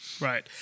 Right